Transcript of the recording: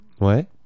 Ouais